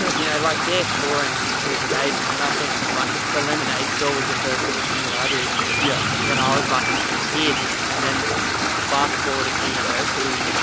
you know, like they're four and six years of age. and i think like the lemonade store was the first little thing that i did yeah when i was like a kid. and then fast forward at university,